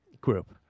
group